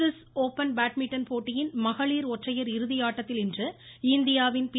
Swiss Open badminton போட்டியின் மகளிர் ஒற்றையர் இறுதி ஆட்டத்தில் இன்று இந்தியாவின் பி